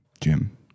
Jim